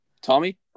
Tommy